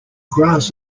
grass